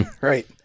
Right